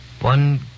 One